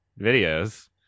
videos